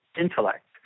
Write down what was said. intellect